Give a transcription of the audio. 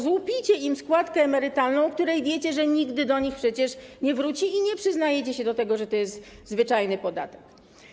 Złupicie im składkę emerytalną, o której wiecie, że nigdy do nich przecież nie wróci, i nie przyznajecie się do tego, że to jest zwyczajny podatek.